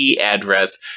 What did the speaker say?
address